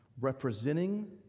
representing